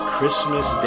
Christmas